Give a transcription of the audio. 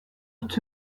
het